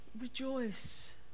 Rejoice